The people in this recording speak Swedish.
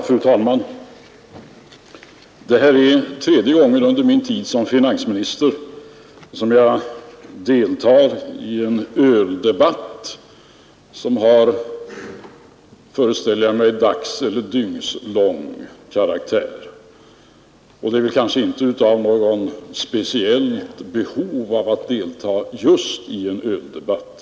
Fru talman! Detta är tredje gången under min tid såsom finansminis ter som jag deltar i en öldebatt, som har — föreställer jag mig — dygnslång karaktär. Jag kanske inte har något speciellt behov av att delta just i en öldebatt.